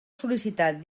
sol·licitar